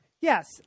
Yes